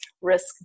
risk